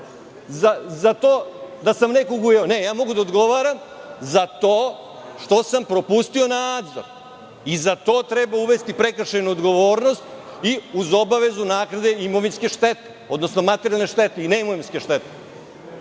za to da sam nekog ujeo. Ne, ja mogu da odgovaram za to što sam propustio nadzor i za to treba uvesti prekršajnu odgovornost, uz obavezu naknade imovinske štete, odnosno materijalne štete i neimovinske štete.